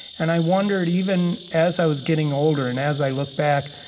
and i wondered, even as i was getting older, and as i looked back,